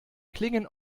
klingen